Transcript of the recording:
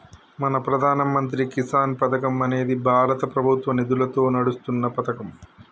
మన ప్రధాన మంత్రి కిసాన్ పథకం అనేది భారత ప్రభుత్వ నిధులతో నడుస్తున్న పతకం